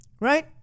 Right